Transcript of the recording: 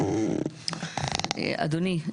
אדוני,